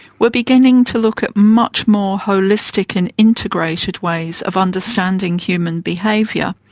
we're beginning to look at much more holistic and integrated ways of understanding human behaviour.